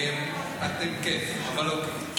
אתם כן, אבל לא חשוב.